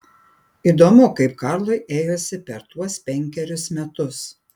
įdomu kaip karlui ėjosi per tuos penkerius metus